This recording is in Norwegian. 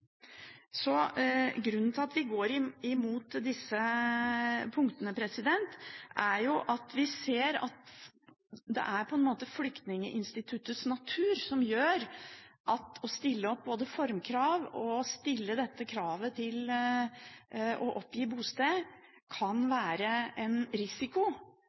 Grunnen til at vi går imot disse punktene, er at vi ser at flyktninginstituttets natur gjør at det å stille formkrav og stille krav til å oppgi bosted kan innebære en risiko